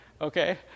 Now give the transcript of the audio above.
okay